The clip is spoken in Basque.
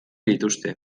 dituzte